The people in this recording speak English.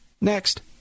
Next